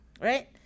Right